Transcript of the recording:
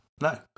No